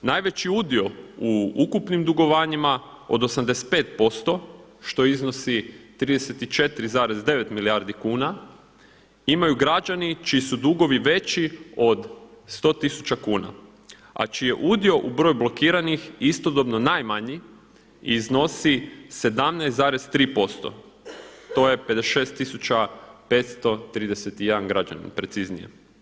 Najveći udio u ukupnim dugovanjima od 85% što iznosi 34,9 milijardi kuna imaju građani čiji su dugovi veći od 100 tisuća kuna, a čiji je udio u broju blokiranih istodobno najmanji i iznosi 17,3% to je 56.531 građanin preciznije.